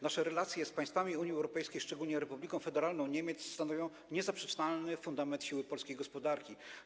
Nasze relacje z państwami Unii Europejskiej, szczególnie Republiką Federalną Niemiec, stanowią niezaprzeczalnie fundament siły polskiej gospodarki.